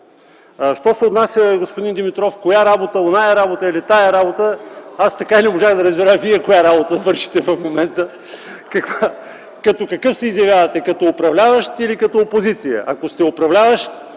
що се отнася, господин Димитров, коя работа – оная работа ли, тая работа ли, аз така и не можах да разбера Вие коя работа вършите в момента, като какъв се изявявате – като управляващ, или като опозиция. Ако сте управляващ,